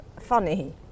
funny